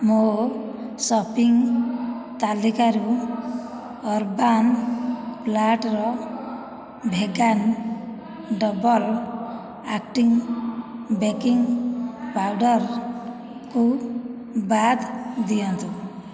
ମୋ' ସପିଂ ତାଲିକାରୁ ଅର୍ବାନ୍ ପ୍ଲାଟରର ଭେଗାନ୍ ଡବଲ୍ ଆକ୍ଟିଂ ବେକିଂ ପାଉଡରକୁ ବାଦ୍ ଦିଅନ୍ତୁ